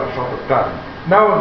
Now